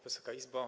Wysoka Izbo!